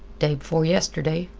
day-b'fore-yesterday,